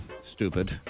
stupid